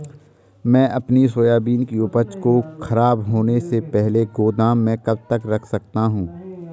मैं अपनी सोयाबीन की उपज को ख़राब होने से पहले गोदाम में कब तक रख सकता हूँ?